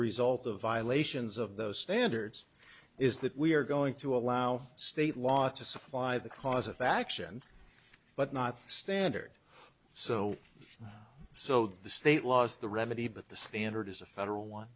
result of violations of those standards is that we are going to allow state law to supply the cause of action but not standard so so the state laws the remedy but the standard is a federal one